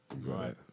Right